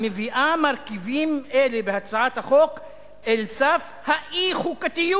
המביאה מרכיבים אלה בהצעת החוק אל סף האי-חוקתיות,